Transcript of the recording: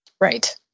Right